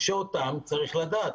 שאותם צריך לדעת.